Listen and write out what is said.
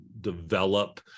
develop